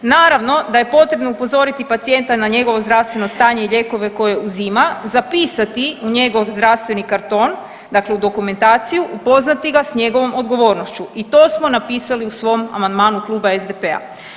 Naravno da je potrebno upozoriti pacijenta na njegovo zdravstveno stanje i lijekove koje uzima, zapisati u njegov zdravstveni karton dakle u dokumentaciju, upoznati ga s njegovom odgovornošću i to smo napisali u svom amandmanu kluba SDP-a.